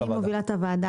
אני מובילה את הוועדה.